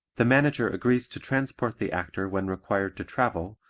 the manager agrees to transport the actor when required to travel,